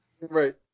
Right